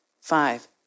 Five